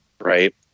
Right